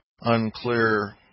unclear